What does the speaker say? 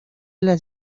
las